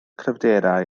cryfderau